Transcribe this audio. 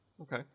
Okay